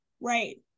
right